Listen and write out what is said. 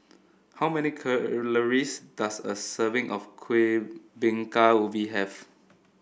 how many calories does a serving of Kuih Bingka Ubi have